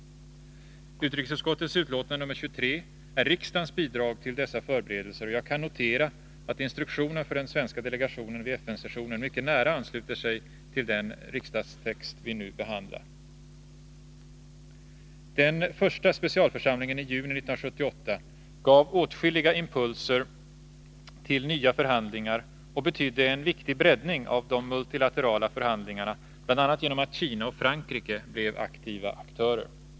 Utrikesutskottets betänkande nr 23 är riksdagens bidrag till dessa förberedelser, och jag kan notera att instruktionen för den svenska delegationen vid FN-sessionen mycket nära ansluter sig till den riksdagstext som vi nu behandlar. Den första specialförsamlingen i juni 1978 gav åtskilliga impulser till nya förhandlingar och betydde en viktig breddning av de multilaterala förhandlingarna bl.a. genom att Kina och Frankrike blev aktiva deltagare.